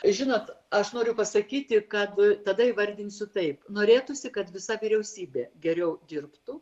žinot aš noriu pasakyti kad tada įvardinsiu taip norėtųsi kad visa vyriausybė geriau dirbtų